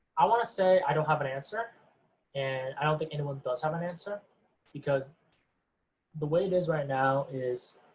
i want to say i don't have an answer and i don't think anyone does have an answer because the way it is right now is.